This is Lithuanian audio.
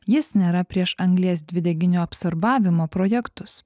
jis nėra prieš anglies dvideginio absorbavimo projektus